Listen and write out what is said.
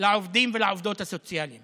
כלפי העובדים והעובדות הסוציאליים